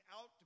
out